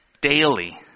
daily